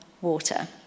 water